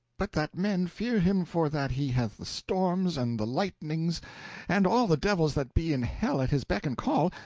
but that men fear him for that he hath the storms and the lightnings and all the devils that be in hell at his beck and call,